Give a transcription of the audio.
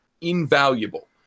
invaluable